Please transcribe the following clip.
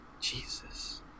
jesus